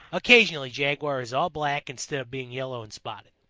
occasionally jaguar is all black instead of being yellow and spotted.